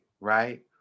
right